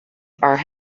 are